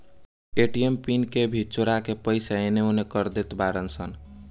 ATM PIN के भी चोरा के पईसा एनेओने कर देत बाड़ऽ सन